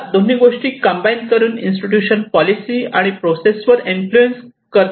या दोन्ही गोष्टी कम्बाईन करून इन्स्टिट्यूशन पॉलिसी आणि प्रोसेस वर इन्फ्लुएन्स करते